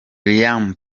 liam